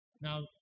Now